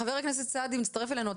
חבר הכנסת סעדי מצטרף אלינו.